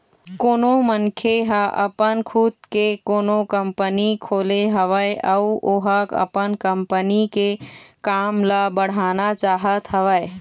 कोनो मनखे ह अपन खुद के कोनो कंपनी खोले हवय अउ ओहा अपन कंपनी के काम ल बढ़ाना चाहत हवय